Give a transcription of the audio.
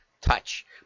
touch